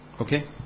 Okay